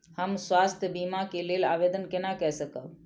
हम स्वास्थ्य बीमा के लेल आवेदन केना कै सकब?